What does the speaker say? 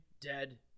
dead